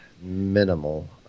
minimal